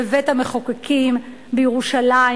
בבית-המחוקקים בירושלים.